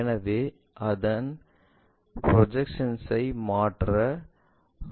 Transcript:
எனவே அந்த ப்ரொஜெக்ஷன்ஐ மாற்ற ரோலர் அளவைப் பயன்படுத்தவும்